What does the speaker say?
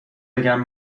بگم